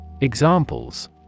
Examples